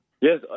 Yes